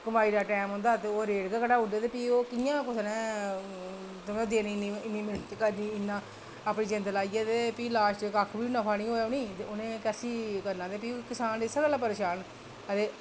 कमाई दा टैम होंदा ते ओह् रेट गै घटाई ओड़दे ते भी ओह् कि'यां कुसै नै तुसें देनी निं ते इन्नी मैह्नत करनी अपनी जिंद लाइयै ते लॉस्ट च कक्ख बी नफा निं होएआ उ'नेंगी ते उ'नें भी कैसी करना ते किसान ते इत्तै गल्ला परेशान न ते